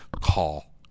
call